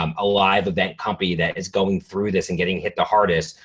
um a live event company that is going through this and getting hit the hardest,